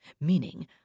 Meaning